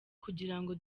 kugirango